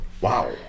Wow